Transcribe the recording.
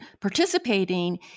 participating